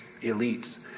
elites